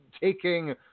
taking